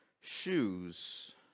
shoes